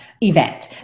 event